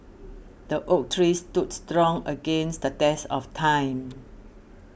the oak tree stood strong against the test of time